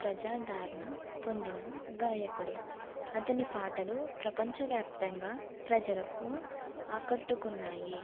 ప్రజాదరణ పొందిన గాయకుడు అతని పాటలు ప్రపంచవ్యాప్తంగా ప్రజలకు ఆకట్టుకున్నాయి